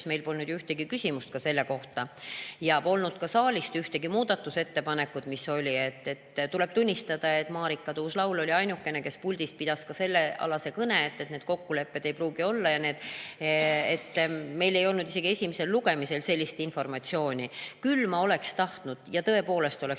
meil pole olnud ühtegi küsimust selle kohta ja polnud ka saalist ühtegi muudatusettepanekut. Tuleb tunnistada, et Marika Tuus-Laul oli ainukene, kes puldis pidas sellealase kõne, et neid kokkuleppeid ei pruugi olla. Meil ei olnud isegi esimesel lugemisel sellist informatsiooni. Küll oleksin ma tõepoolest